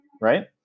right